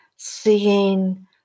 Seeing